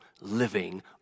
living